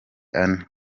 ane